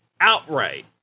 outright